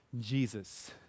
Jesus